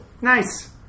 Nice